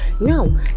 Now